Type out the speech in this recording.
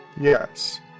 Yes